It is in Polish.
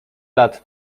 lat